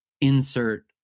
Insert